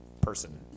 person